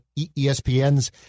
ESPN's